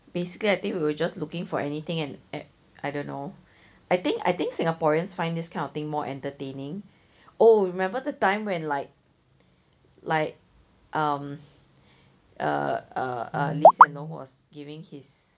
basically I think we were just looking for anything and I don't know I think I think singaporeans find this kind of thing more entertaining oh remember the time when like like um uh uh lee hsien loong was giving